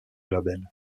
label